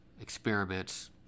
experiments